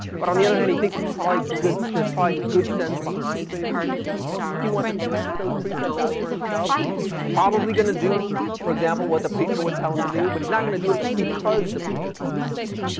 but on the other hand he thinks it's probably good, there's probably good sense behind many of the precepts. he wants to test those precepts out for himself. he's probably going to do, for example, what the preacher would tell him to do. but he's not going to do it because the preacher told him to do it.